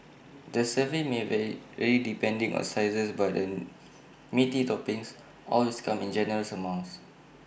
the serving may vary depending on sizes but the meaty toppings always come in generous amounts